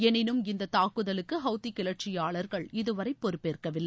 எனினும் இந்த தாக்குதலுக்கு ஹவுத்தி கிளர்ச்சியாளர்கள் இதுவரை பொறுப்பேற்கவில்லை